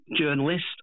journalist